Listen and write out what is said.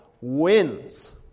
wins